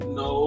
no